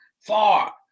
far